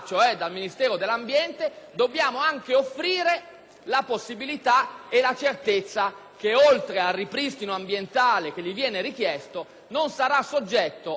che, oltre al ripristino ambientale che gli viene richiesto, non sarà soggetto ad ulteriori procedimenti ed azioni di tipo risarcitorio.